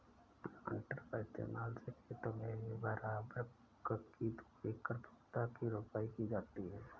planter का इस्तेमाल से खेतों में बराबर ककी दूरी पर पौधा की रोपाई भी की जाती है